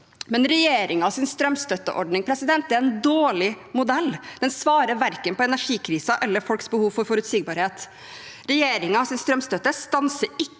Regjeringens strømstøtteordning er derimot en dårlig modell; den svarer verken på energikrisen eller på folks behov for forutsigbarhet. Regjeringens strømstøtte stanser ikke